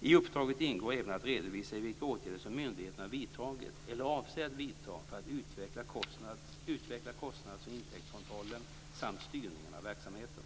I uppdraget ingår även att redovisa vilka åtgärder som myndigheten har vidtagit eller avser att vidta för att utveckla kostnads och intäktskontrollen samt styrningen av verksamheten.